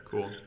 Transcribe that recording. Cool